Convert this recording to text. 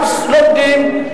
התשנ"ט 1999,